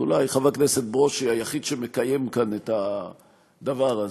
אולי חבר הכנסת ברושי היחיד שמקיים כאן את הדבר הזה.